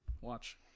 Watch